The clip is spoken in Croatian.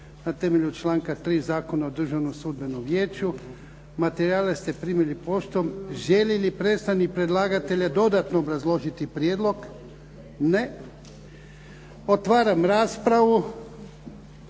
na temelju članka 3. Zakona o Državnom sudbenom vijeću. Materijale ste primili poštom. Želi li predstavnik predlagatelja dodatno obrazložiti prijedlog? Ne. Otvaram raspravu.